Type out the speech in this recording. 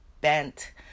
bent